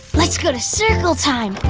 let's go to circle time,